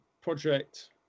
project